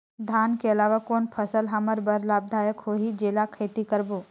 धान के अलावा कौन फसल हमर बर लाभदायक होही जेला खेती करबो?